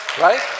Right